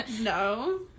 No